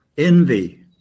Envy